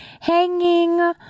hanging